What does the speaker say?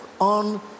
on